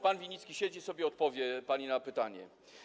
Pan Winnicki siedzi sobie, odpowie pani na pytanie.